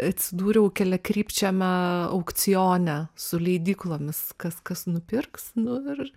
atsidūriau keliakrypčiame aukcione su leidyklomis kas kas nupirks nu ir